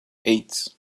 eight